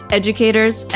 educators